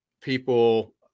people